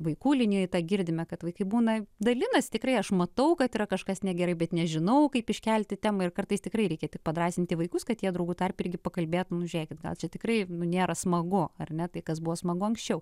vaikų linijoje tą girdime kad vaikai būna dalinasi tikrai aš matau kad yra kažkas negerai bet nežinau kaip iškelti temą ir kartais tikrai reikia tik padrąsinti vaikus kad jie draugų tarpe irgi pakalbėti nu žiūrėkit gal čia tikrai nėra smagu ar ne tai kas buvo smagu anksčiau